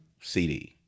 CD